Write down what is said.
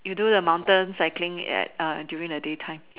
you do the mountain cycling at during the day time